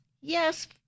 yes